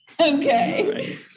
Okay